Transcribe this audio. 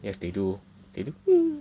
yes they do they do